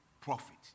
profit